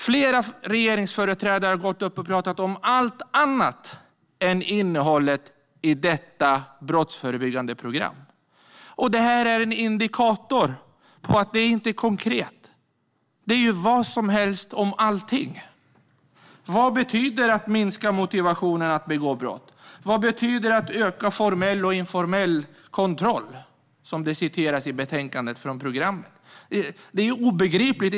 Flera regeringsföreträdare har här talat om allt annat än innehållet i det brottsförebyggande programmet. Det är en indikator på att det här inte är något konkret. Det handlar om vad som helst och om allting. Vad betyder "minska motivationen att begå brott"? Vad betyder "öka formell och informell kontroll"? Så citerar betänkandet programmet. Detta är obegripligt.